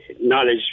knowledge